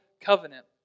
Covenant